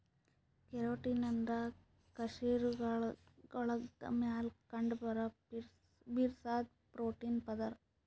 keratin ಅಂದ್ರ ಕಶೇರುಕಗಳ್ದಾಗ ಮ್ಯಾಲ್ ಕಂಡಬರಾ ಬಿರ್ಸಾದ್ ಪ್ರೋಟೀನ್ ಪದರ್